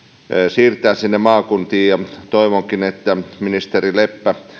siirtää sinne maakuntiin toivonkin että ministeri leppä